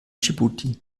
dschibuti